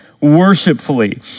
worshipfully